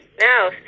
Now